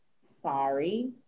Sorry